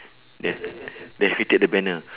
then then we take the banner